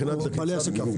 זה בעייתי בלחיצת כפתור.